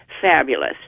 fabulous